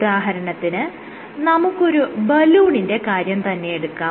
ഉദാഹരണത്തിന് നമുക്കൊരു ബലൂണിന്റെ കാര്യം തന്നെയെടുക്കാം